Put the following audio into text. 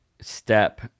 step